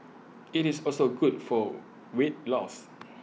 IT is also good for weight loss